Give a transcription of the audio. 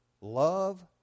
love